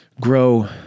grow